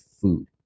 food